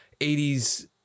80s